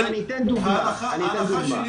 ההנחה שלי